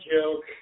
joke